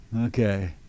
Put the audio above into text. okay